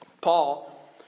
Paul